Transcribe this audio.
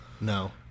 No